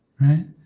right